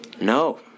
No